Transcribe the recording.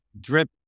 drip